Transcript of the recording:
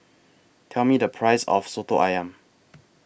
Tell Me The Price of Soto Ayam